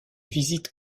visites